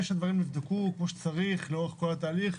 שדברים נבדקו כמו שצריך לאורך כל התהליך,